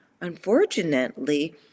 unfortunately